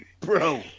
Bro